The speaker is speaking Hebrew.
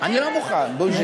אני לא מוכן, בוז'י.